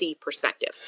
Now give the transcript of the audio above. perspective